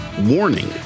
warning